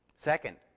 Second